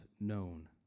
known